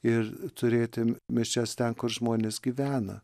ir turėti mišias ten kur žmonės gyvena